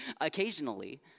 Occasionally